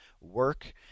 work